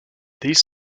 these